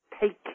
take